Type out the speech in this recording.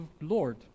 Lord